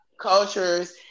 cultures